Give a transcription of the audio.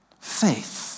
faith